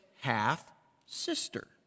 half-sister